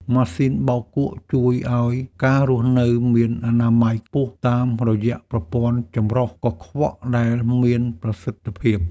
ម៉ាស៊ីនបោកគក់ជួយឱ្យការរស់នៅមានអនាម័យខ្ពស់តាមរយៈប្រព័ន្ធចម្រោះកខ្វក់ដែលមានប្រសិទ្ធភាព។